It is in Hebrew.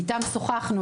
איתם שוחחנו,